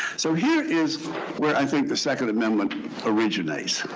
so here is where i think the second amendment originates.